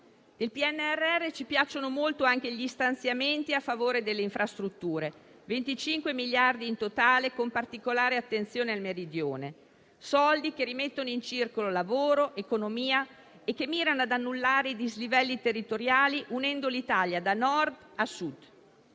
Del PNRR ci piacciono molto anche gli stanziamenti a favore delle infrastrutture: 25 miliardi in totale, con particolare attenzione al Meridione; soldi che rimettono in circolo lavoro, economia e mirano ad annullare i dislivelli territoriali, unendo l'Italia da Nord a Sud.